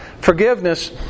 Forgiveness